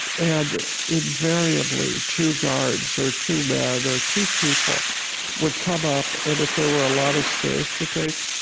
and invariably, two guards, or two men, or two people would come up, and if there were a lot of stairs to take,